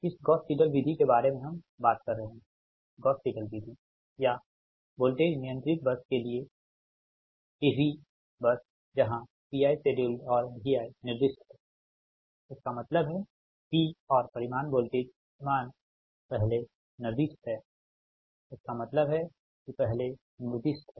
इस Gauss Seidel विधि के बारे में हम बात कर रहे हैं गॉस सिडल विधि या वोल्टेज नियंत्रित बस के लिए P V बस जहां Pi scheduled और Vi निर्दिष्ट हैं इसका मतलब है P और वोल्टेज परिमाण पहले निर्दिष्ट हैं इसका मतलब है कि पहले निर्दिष्ट हैं